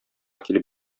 килеп